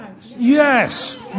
yes